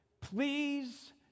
please